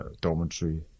dormitory